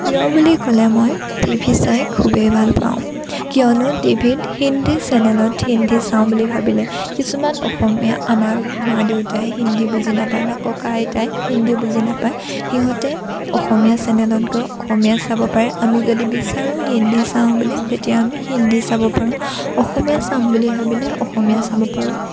প্ৰিয় বুলি কলে মই টিভি চাই খুবেই ভাল পাওঁ কিয়নো টিভিত হিন্দী চেনেলত হিন্দী চাওঁ বুলি ভাবিলে কিছুমান অসমীয়া আমাৰ মা দেউতাই হিন্দী বুজি নাপায় বা ককা আইতাই হিন্দী বুজি নাপায় সিহঁতে অসমীয়া চেনেলত গৈ অসমীয়া চাব পাৰে আমি যদি বিচাৰোঁ হিন্দী চাওঁ বুলি তেতিয়া আমি হিন্দী চাব পাৰোঁ অসমীয়া চাওঁ বুলি ভাবিলে অসমীয়া চাব পাৰোঁ